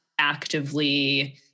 actively